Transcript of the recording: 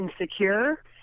insecure